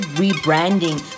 rebranding